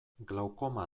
glaukoma